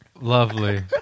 Lovely